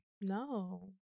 No